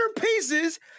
pieces